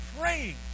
praying